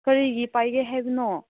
ꯀꯔꯤꯒꯤ ꯄꯥꯏꯒꯦ ꯍꯥꯏꯕꯅꯣ